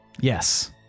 Yes